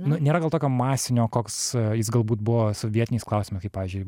nu nėra gal tokio masinio koks jis galbūt buvo su vietiniais klausimais kaip pavyzdžiui